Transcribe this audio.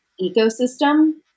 ecosystem